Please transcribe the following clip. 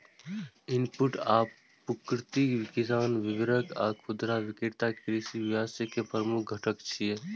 input आपूर्तिकर्ता, किसान, वितरक आ खुदरा विक्रेता कृषि व्यवसाय के प्रमुख घटक छियै